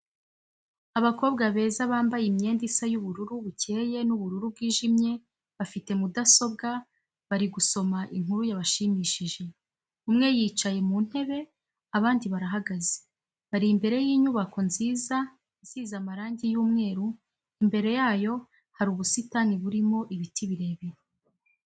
Abakobwa beza bambaye imyenda isa y'ubururu bukeye n'ubururu bwijimye, bafite mudasobwa bari gusoma inkuru yabashimishije, umwe yicaye mu ntebe abandi barahagaze, bari imbere y'inybako nziza isize amarangi y'umweru, imbere yayo hari ubusitani burimo ibiti birebire.